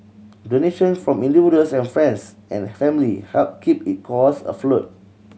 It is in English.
donation from individuals and friends and family helped keep his cause afloat